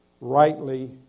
rightly